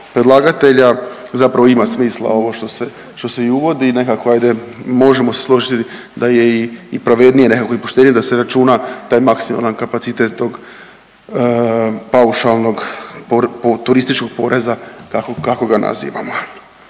predlagatelja zapravo ima smisla ovo što se i uvodi i nekako hajde možemo se složiti da je pravednije nekako i poštenije da se računa taj maksimalan kapacitet tog paušalnog turističkog poreza kako ga nazivamo.